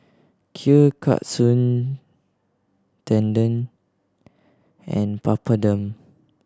Kheer Katsu Tendon and Papadum